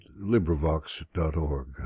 librivox.org